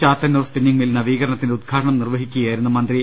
Chathannoor spinning mill നവീകരണത്തിന്റെ ഉദ്ഘാടനം നിർവഹിക്കുകയായിരുന്നു മന്ത്രി